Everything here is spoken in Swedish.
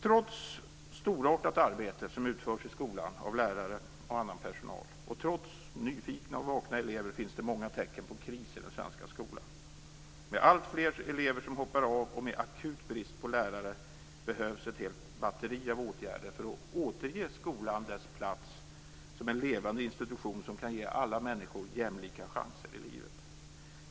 Trots storartat arbete som utförs i skolan av lärare och annan personal och trots nyfikna och vakna elever, finns det många tecken på kris i den svenska skolan. Det blir alltfler elever som hoppar av. Med den akuta bristen på lärare behövs ett helt batteri av åtgärder för att återge skolan dess plats som en levande institution som kan ge alla människor jämlika chanser i livet.